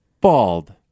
bald